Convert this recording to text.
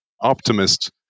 optimist